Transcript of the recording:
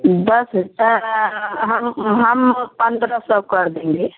दस हजा हम हम पन्द्रह सौ कर देंगे